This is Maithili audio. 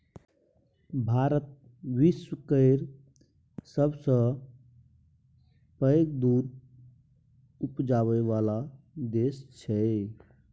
भारत विश्व केर सबसँ पैघ दुध उपजाबै बला देश छै